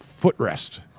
footrest